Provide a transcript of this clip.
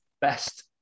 Best